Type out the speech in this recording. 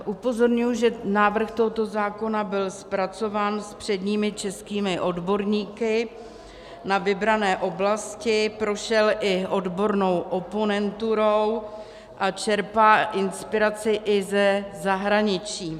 Upozorňuji, že návrh tohoto zákona byl zpracován s předními českými odborníky na vybrané oblasti, prošel i odbornou oponenturou a čerpá inspiraci i ze zahraničí.